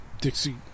Dixie